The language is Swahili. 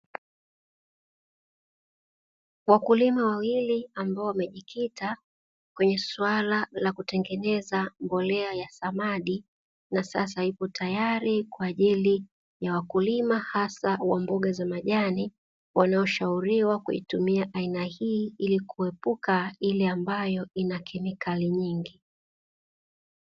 Wataamu wawili ambao wamejikita kwenye suala la kutengeneza mbolea ya samadi na sasa ipo tayari kwa ajili ya wakulima hasa wa mboga za majani walioshauriwa kuitumia aina hii ili kuepuka ile ambayo ina kemikali nyingi.